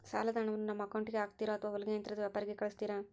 ಸಾಲದ ಹಣವನ್ನು ನಮ್ಮ ಅಕೌಂಟಿಗೆ ಹಾಕ್ತಿರೋ ಅಥವಾ ಹೊಲಿಗೆ ಯಂತ್ರದ ವ್ಯಾಪಾರಿಗೆ ಕಳಿಸ್ತಿರಾ?